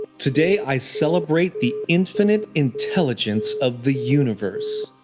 today, i celebrate the infinite intelligence of the universe.